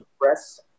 press